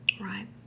Right